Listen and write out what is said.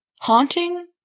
haunting